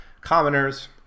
commoners